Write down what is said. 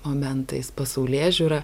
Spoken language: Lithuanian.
momentais pasaulėžiūra